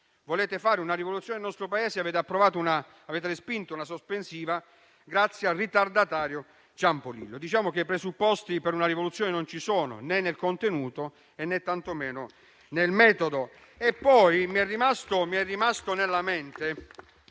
Volete fare una rivoluzione nel Paese, ma avete respinto una questione sospensiva grazie al ritardatario Ciampolillo: diciamo che i presupposti per una rivoluzione non ci sono, né nel contenuto, né tantomeno